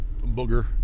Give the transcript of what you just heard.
Booger